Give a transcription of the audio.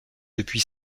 depuis